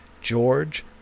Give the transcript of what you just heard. George